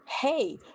hey